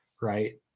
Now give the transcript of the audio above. Right